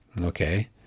okay